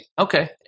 Okay